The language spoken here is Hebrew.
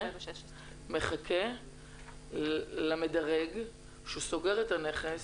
2016. הוא מחכה למדרג שסורק את הנכס,